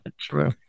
True